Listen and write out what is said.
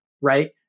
right